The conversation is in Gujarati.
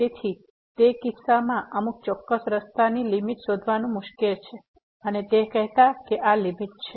તેથી તે કિસ્સામાં અમુક ચોક્કસ રસ્તોની લીમીટ શોધવાનું મુશ્કેલ છે અને તે કહેતા કે આ લીમીટ છે